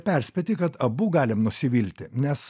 perspėti kad abu galim nusivilti nes